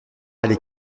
allée